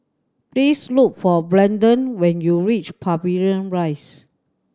please look for Brandon when you reach Pavilion Rise